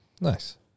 Nice